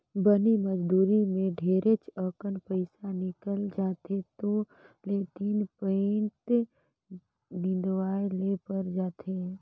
बनी मजदुरी मे ढेरेच अकन पइसा निकल जाथे दु ले तीन फंइत निंदवाये ले पर जाथे